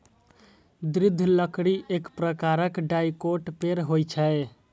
दृढ़ लकड़ी एक प्रकारक डाइकोट पेड़ होइ छै